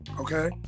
Okay